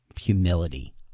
humility